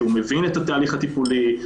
שהוא מבין את התהליך הטיפולי,